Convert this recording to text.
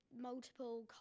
multiple